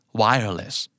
wireless